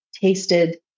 tasted